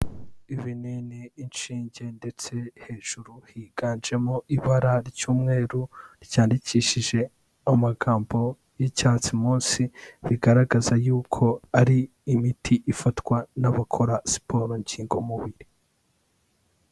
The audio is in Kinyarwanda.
Ibinini, inshinge ndetse hejuru higanjemo ibara ry'umweru, cyandikishije amagambo y'icyatsi, munsi bigaragaza yuko ari imiti ifatwa n'abakora siporo nk'intungamubiri.